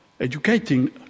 educating